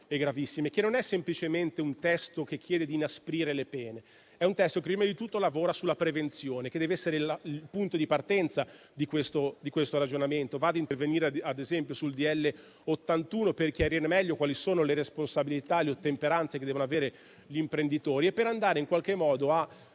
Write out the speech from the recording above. e gravissime, che non è semplicemente un testo che chiede di inasprire le pene, ma che prima di tutto lavora sulla prevenzione, che dev'essere il punto di partenza di questo ragionamento. Va ad intervenire, ad esempio, sul decreto-legge n. 81 per chiarire meglio quali sono le responsabilità e le ottemperanze che ricadono sugli imprenditori e per mettere in difficoltà